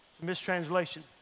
mistranslation